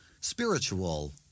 spiritual